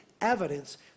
evidence